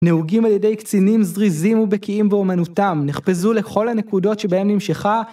נהוגים על ידי קצינים זריזים ובקיאים באומנותם, נחפזו לכל הנקודות שבהן נמשכה.